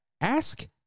ask